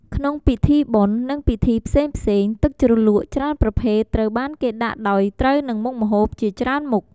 ក្នុងពិធីបុណ្យ និងពិធីផ្សេងៗ ទឹកជ្រលក់ច្រើនប្រភេទត្រូវបានគេដាក់ដោយត្រូវនឹងមុខម្ហូបជាច្រើនមុខ។